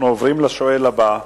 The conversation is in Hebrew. אנחנו עוברים לשואל הבא,